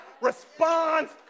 responds